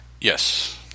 yes